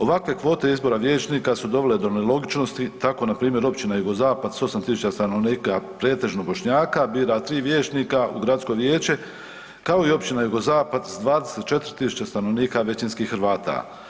Ovakve kvote izbora vijećnika su dovele do nelogičnosti, tako npr. Općina Jugozapad s 8.000 stanovnika, pretežno Bošnjaka bira 3 vijećnika u gradsko vijeće, kao i općina Jugozapad s 24.000 stanovnika većinskih Hrvata.